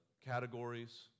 categories